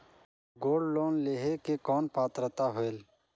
Gold loan लेहे के कौन पात्रता होएल?